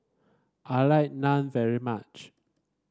I like Naan very much